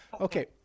Okay